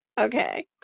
Okay